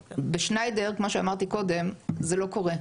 בשניידר כמו שאמרתי קודם, זה לא קורה.